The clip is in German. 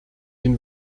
ihn